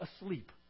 asleep